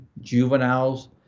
juveniles